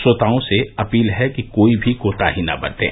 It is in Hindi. श्रोताओं से अपील है कि कोई भी कोताही न बरतें